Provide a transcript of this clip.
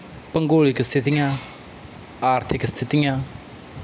ਭੂਗੋਲਿਕ ਸਥਿਤੀਆਂ ਆਰਥਿਕ ਸਥਿਤੀਆਂ